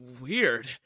weird